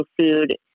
food